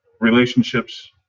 relationships